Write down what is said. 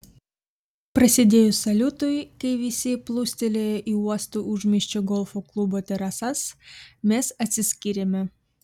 prasidėjus saliutui kai visi plūstelėjo į uosto užmiesčio golfo klubo terasas mes atsiskyrėme